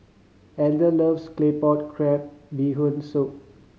Elder loves Claypot Crab Bee Hoon Soup